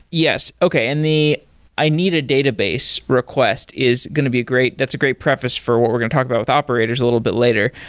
yes. okay. and the i need a database request is going to be a great that's a great preface for what we're going to talk about with operators a little bit later.